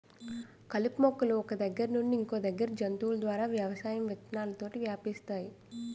కలుపు మొక్కలు ఒక్క దగ్గర నుండి ఇంకొదగ్గరికి జంతువుల ద్వారా వ్యవసాయం విత్తనాలతోటి వ్యాపిస్తాయి